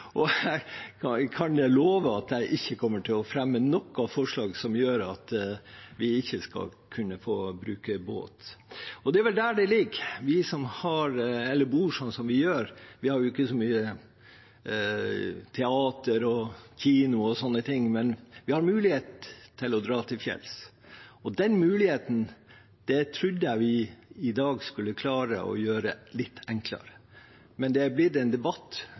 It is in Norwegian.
og jeg kan love at jeg ikke kommer til å fremme noe forslag som gjør at vi ikke skal kunne få bruke båt. Og det er vel der det ligger. Vi som bor sånn som vi gjør, vi har jo ikke så mange teatre og kinoer og sånne ting, men vi har mulighet til å dra til fjells, og den muligheten trodde jeg vi i dag skulle klare å gjøre litt enklere. Men det har blitt en debatt